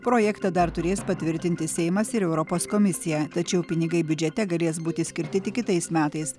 projektą dar turės patvirtinti seimas ir europos komisija tačiau pinigai biudžete galės būti skirti tik kitais metais